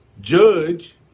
judge